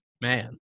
man